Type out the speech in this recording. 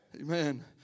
Amen